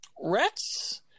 Rex